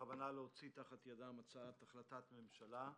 בכוונה להוציא תחת ידם הצעת החלטת ממשלה,